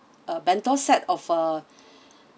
a bento set of a